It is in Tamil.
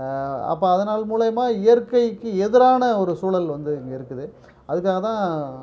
அப்போ அதனால் மூலியம இயற்கைக்கு எதிரான ஒரு சூழல் வந்து இங்கே இருக்குது அதுக்காக தான்